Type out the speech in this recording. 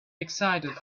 excited